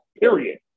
Period